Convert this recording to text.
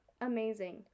amazing